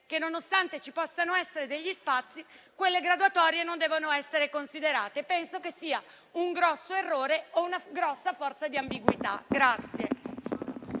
che, nonostante ci possano essere degli spazi, quelle graduatorie non devono essere considerate. Penso sia un grosso errore o una grossa ambiguità.